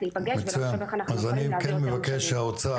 להיפגש ולחשוב איך אנחנו יכולים להעביר את התקציבים,